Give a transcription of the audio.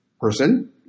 person